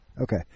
Okay